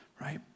Right